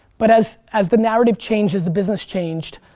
but as as the narrative changes, the business changed,